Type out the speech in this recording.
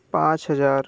पाँच हज़ार